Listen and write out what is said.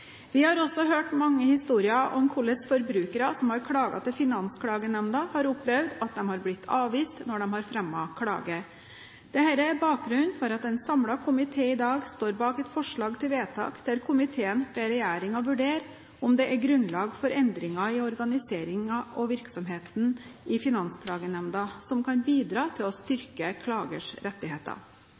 Vi har også hørt mange historier om hvordan forbrukere som har klaget til Finansklagenemnda, har opplevd at de er blitt avvist når de har fremmet klage. Dette er bakgrunnen for at en samlet komité i dag står bak et forslag til vedtak der komiteen ber regjeringen vurdere om det er grunnlag for endringer i organiseringen og virksomheten i Finansklagenemnda som kan bidra til å styrke klagers rettigheter.